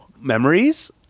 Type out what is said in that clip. Memories